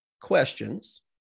questions